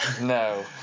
No